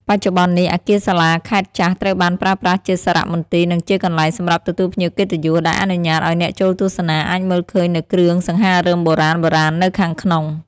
បច្ចុប្បន្ននេះ អគារសាលាខេត្តចាស់ត្រូវបានប្រើប្រាស់ជាសារមន្ទីរ និងជាកន្លែងសម្រាប់ទទួលភ្ញៀវកិត្តិយស ដែលអនុញ្ញាតឱ្យអ្នកចូលទស្សនាអាចមើលឃើញនូវគ្រឿងសង្ហារិមបុរាណៗនៅខាងក្នុង។